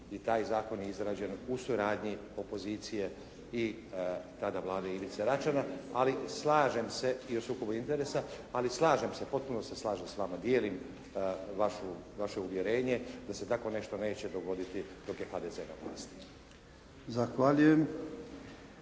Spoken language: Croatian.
i taj zakon je izrađen u suradnji opozicije i tada Vlade Ivice Račana ali slažem se, i o sukobu interesa, potpuno se slažem s vama, dijelim vaše uvjerenje da se tako nešto neće dogoditi dok je HDZ na vlasti. **Jarnjak,